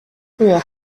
der